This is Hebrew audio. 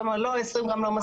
לשרה לא היה